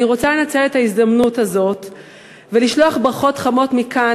אני רוצה לנצל את ההזדמנות הזאת ולשלוח ברכות חמות מכאן,